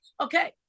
Okay